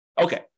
Okay